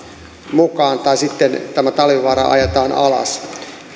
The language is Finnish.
mukaan tai sitten tämä talvivaara ajetaan alas